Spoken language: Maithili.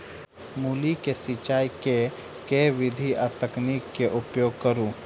मूली केँ सिचाई केँ के विधि आ तकनीक केँ उपयोग करू?